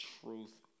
truth